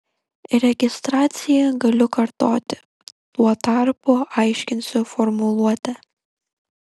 registraciją galiu kartoti tuo tarpu aiškinsiu formuluotę